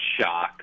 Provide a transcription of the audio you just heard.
shock